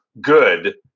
good